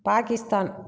Pakistan